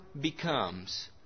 becomes